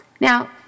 Now